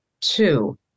Two